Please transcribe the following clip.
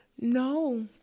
No